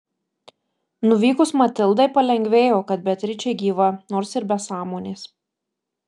nuvykus matildai palengvėjo kad beatričė gyva nors ir be sąmonės